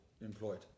employed